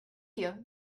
you